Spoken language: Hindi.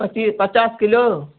पची पचास किलो